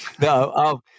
No